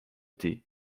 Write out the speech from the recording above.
thé